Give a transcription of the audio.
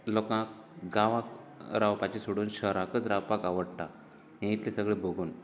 लोकांक गांवांत रावपाचे सोडून शहरांकच रावपाक आवडटा हे इतलें सगळें भोगून